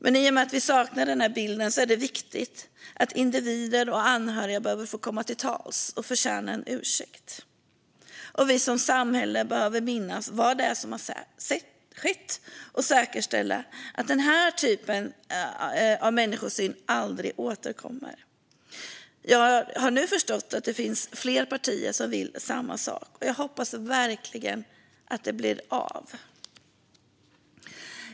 Men i och med att vi saknar denna bild är det viktigt att individer och anhöriga får komma till tals, och de förtjänar en ursäkt. Och vi som samhälle behöver minnas vad det är som har skett och säkerställa att denna typ av människosyn aldrig återkommer. Jag har nu förstått att det finns fler partier som vill samma sak, och jag hoppas att det verkligen blir av.